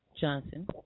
Johnson